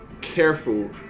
careful